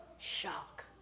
shock